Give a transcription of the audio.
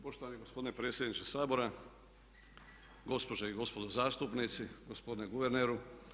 Poštovani gospodine predsjedniče Sabora, gospođe i gospodo zastupnici, gospodine guverneru.